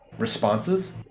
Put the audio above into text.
responses